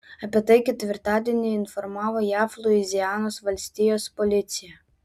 apie tai ketvirtadienį informavo jav luizianos valstijos policija